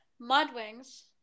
mudwings